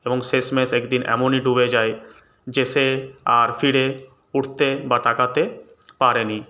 এবং শেষ মেষ একদিন এমনই ডুবে যায় যে সে আর ফিরে উঠতে বা তাকাতে পারেনি